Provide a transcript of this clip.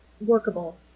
workable